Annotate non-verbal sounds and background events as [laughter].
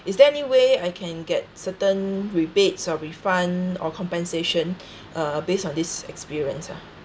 is there any way I can get certain rebates or refund or compensation [breath] uh based on this experience ah